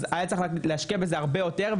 אז היה צריך להשקיע בזה הרבה יותר,